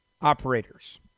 Operators